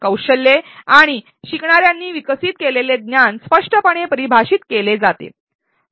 कौशल्ये आणि शिकणा यांनी विकसित केलेले ज्ञान स्पष्टपणे परिभाषित केले जाते